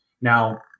Now